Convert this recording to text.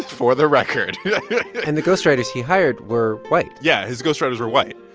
for the record yeah yeah yeah and the ghostwriters he hired were white yeah, his ghostwriters were white.